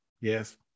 Yes